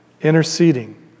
Interceding